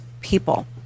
people